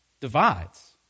Divides